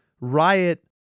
Riot